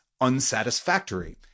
unsatisfactory